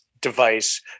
device